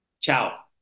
ciao